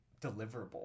deliverable